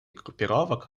группировок